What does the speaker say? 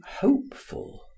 hopeful